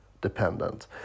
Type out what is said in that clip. dependent